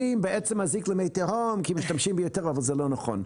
בעצם מזיק למי תהום כי משתמשים ביותר אבל זה לא נכון.